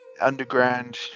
Underground